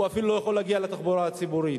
אפילו לא יכול להגיע לתחבורה הציבורית.